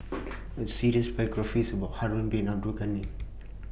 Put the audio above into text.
A series biographies about Harun Bin Abdul Ghani